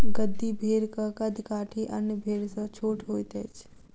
गद्दी भेड़क कद काठी अन्य भेड़ सॅ छोट होइत अछि